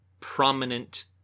prominent